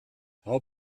hau